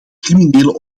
criminele